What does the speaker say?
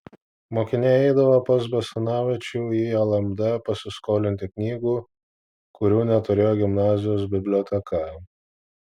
mokiniai eidavo pas basanavičių į lmd pasiskolinti knygų kurių neturėjo gimnazijos biblioteka